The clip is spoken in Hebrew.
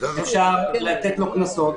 אפשר לתת לו קנסות,